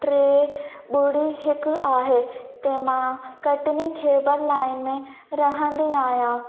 टे ॿुड़ी हिकु आहे ते मां कटनी खेबर लाइन में रहंदी आहियां